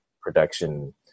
production